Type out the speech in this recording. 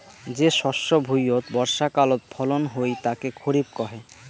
যে শস্য ভুঁইয়ত বর্ষাকালত ফলন হই তাকে খরিফ কহে